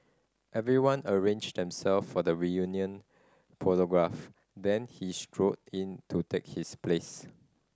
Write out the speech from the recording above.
everyone arranged themself for the reunion photograph then he strode in to take his place